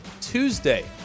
Tuesday